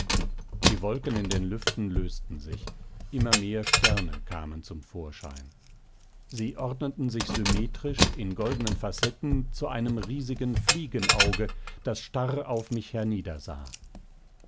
die wolken in den lüften lösten sich immer mehr sterne kamen zum vorschein sie ordneten sich symmetrisch in goldenen facetten zu einem riesigen fliegenauge das starr auf mich